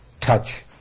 touch